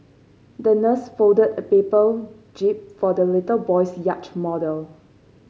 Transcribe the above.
the nurse folded a paper jib for the little boy's yacht model